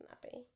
snappy